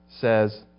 says